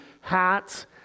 hats